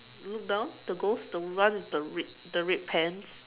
look down the ghost the one with the red the red pants